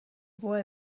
boy